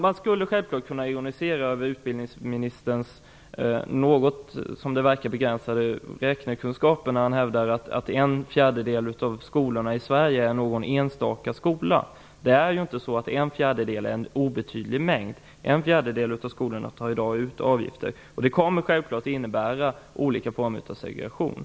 Man skulle kunna ironisera över utbildningsministerns som det verkar något begränsade räknekunskaper. Han kallar en fjärdedel av skolorna i Sverige för ''någon enstaka skola''. En fjärdedel är ingen obetydlig mängd. En fjärdedel av skolorna tar i dag ut avgifter. Det kommer självfallet att innebära olika former av segregation.